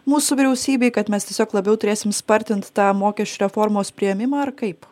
mūsų vyriausybei kad mes tiesiog labiau turėsim spartint tą mokesčių reformos priėmimą ar kaip